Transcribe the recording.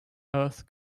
earth